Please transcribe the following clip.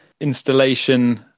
installation